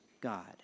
God